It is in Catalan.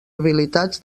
habilitats